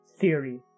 theory